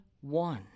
one